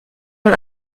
man